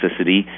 toxicity